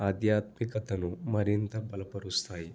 ఆధ్యాత్మికతను మరింత బలపరుస్తాయి